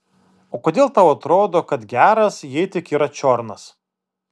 o kodėl tau atrodo kad geras jei tik yra čiornas